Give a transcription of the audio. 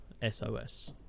SOS